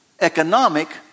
economic